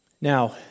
Now